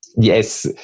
Yes